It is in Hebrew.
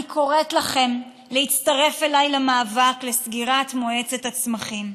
אני קוראת לכם להצטרף אליי למאבק לסגירת מועצת הצמחים.